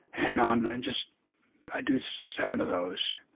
and on the just i do seven of those.